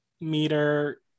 meter